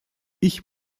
ich